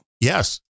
yes